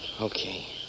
Okay